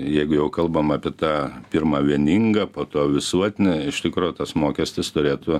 jeigu jau kalbam apie tą pirmą vieningą po to visuotiną iš tikro tas mokestis turėtų